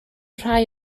rhai